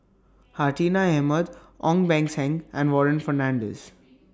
Hartinah Ahmad Ong Beng Seng and Warren Fernandez